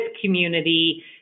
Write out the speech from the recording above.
community